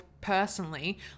personally